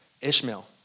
Ishmael